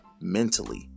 mentally